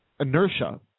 Inertia